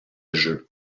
jeu